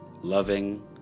loving